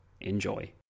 Enjoy